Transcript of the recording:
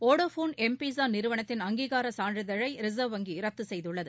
Vodafone M Pesa நிறுவனத்தின் அங்கீகார சான்றிதழை ரிசர்வ் வங்கி ரத்து செய்துள்ளது